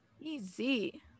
Easy